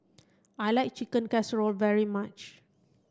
I like Chicken Casserole very much